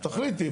אז תחליטי.